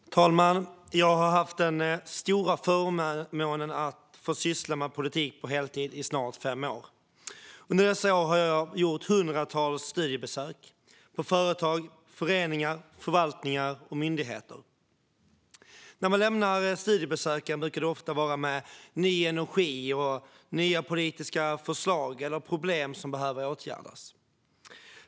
Fru talman! Jag har haft den stora förmånen att få syssla med politik på heltid i snart fem år. Under dessa år har jag gjort hundratals studiebesök hos företag, föreningar, förvaltningar och myndigheter. När man lämnar studiebesöken brukar det ofta vara med ny energi och nya politiska förslag eller problem som behöver åtgärdas.